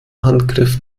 handgriff